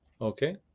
Okay